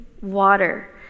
water